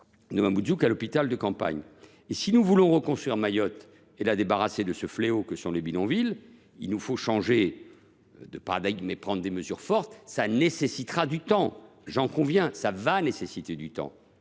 de Mamoudzou qu’à l’hôpital de campagne. Si nous voulons reconstruire Mayotte et la débarrasser de ce fléau que sont les bidonvilles, il nous faut changer de paradigme et prendre des mesures fortes. Cela prendra du temps, j’en conviens, car on ne recrée pas